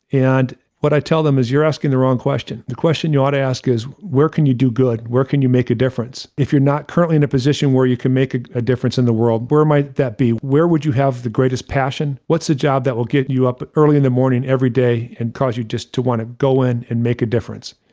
and what i tell them is you're asking the wrong question. the question you ought to ask is, where can you do good? where can you make a difference? if you're not currently in a position where you can make a a difference in the world? where might that be? where would you have the greatest passion? what's the job that will get you up early in the morning every day and cause you just to want to go in and make a difference?